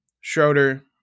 Schroeder